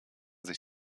sich